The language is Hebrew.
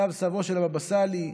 סב-סבו של הבבא סאלי,